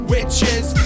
Witches